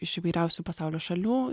iš įvairiausių pasaulio šalių